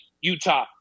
Utah